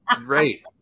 right